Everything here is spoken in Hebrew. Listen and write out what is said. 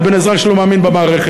לבין אזרח שלא מאמין במערכת.